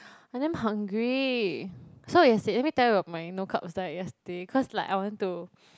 I damn hungry so yesterday let me tell you of my no carb diet yesterday cause like I want to